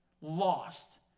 lost